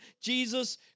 Jesus